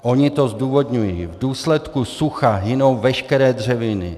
Oni to zdůvodňují: V důsledku sucha hynou veškeré dřeviny.